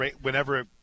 whenever –